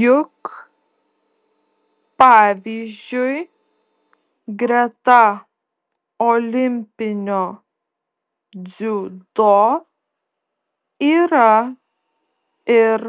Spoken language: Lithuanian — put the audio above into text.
juk pavyzdžiui greta olimpinio dziudo yra ir